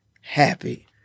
happy